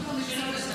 שלא נפגעו?